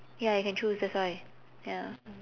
ya you can choose that's why ya